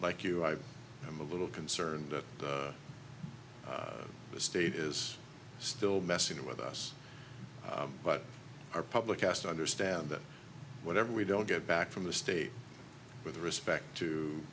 like you i am a little concerned that the state is still messing with us but our public has to understand that whatever we don't get back from the state with respect to